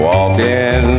Walking